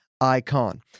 icon